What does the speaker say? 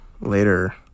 later